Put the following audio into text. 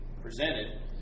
presented